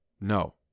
No